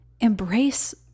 Embrace